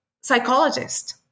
psychologist